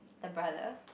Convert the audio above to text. the brother